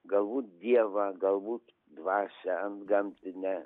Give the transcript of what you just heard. galbūt dievą galbūt dvasią antgamtinę